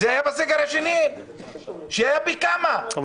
זה היה בסגר השני שהיה פי כמה --- אבל